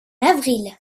avril